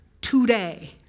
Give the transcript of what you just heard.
today